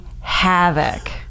havoc